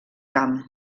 camp